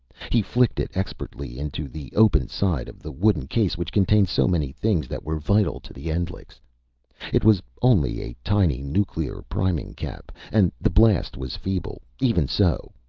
he flicked it expertly into the open side of the wooden case which contained so many things that were vital to the endlichs it was only a tiny nuclear priming-cap, and the blast was feeble. even so,